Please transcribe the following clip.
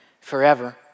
forever